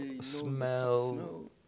smell